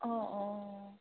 অঁ অঁ